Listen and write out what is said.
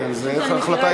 פשוט אני מכירה את רוב